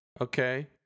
okay